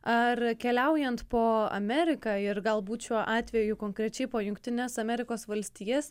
ar keliaujant po ameriką ir galbūt šiuo atveju konkrečiai po jungtines amerikos valstijas